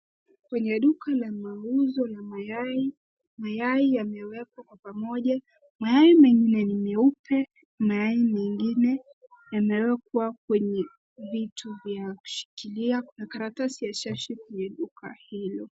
Kwenye duka la mauzo ya mayai ,mayai yamewekwa kwa pamoja. Mayai mengine ni meupe, mayai mengine yamewekwa kwenye vitu vya kushikilia .Kuna karatasi ya shashi kwenye duka hilo.